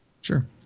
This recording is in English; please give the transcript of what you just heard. Sure